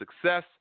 success